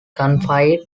gunfight